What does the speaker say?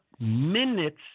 minutes